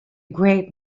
grape